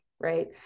right